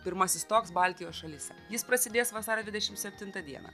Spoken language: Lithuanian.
pirmasis toks baltijos šalyse jis prasidės vasario dvidešimt septintą dieną